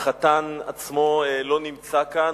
החתן עצמו לא נמצא כאן,